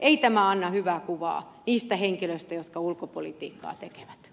ei tämä anna hyvää kuvaa niistä henkilöistä jotka ulkopolitiikkaa tekevät